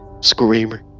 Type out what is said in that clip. Screamer